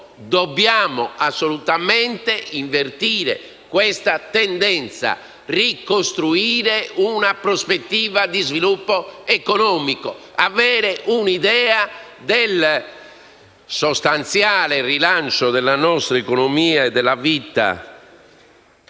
Dobbiamo assolutamente invertire questa tendenza, ricostruire una prospettiva di sviluppo economico, avere un'idea del sostanziale rilancio della nostra economia e della vita,